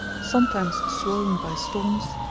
sometimes swollen by storms,